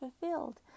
fulfilled